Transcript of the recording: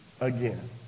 again